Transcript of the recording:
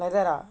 like that ah